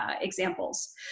examples